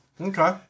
Okay